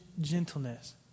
gentleness